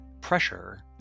pressure